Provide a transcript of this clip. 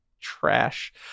Trash